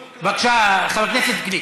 בבקשה, חבר הכנסת גליק.